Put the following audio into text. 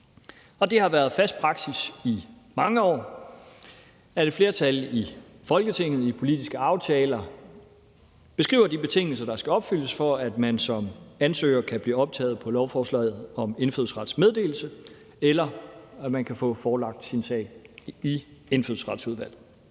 Det har været fast praksis i mange år, at et flertal i Folketinget i politiske aftaler beskriver de betingelser, der skal opfyldes, for at man som ansøger kan blive optaget på lovforslaget om indfødsrets meddelelse, eller at man kan få forelagt sin sag i Indfødsretsudvalget.